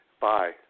Bye